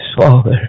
Father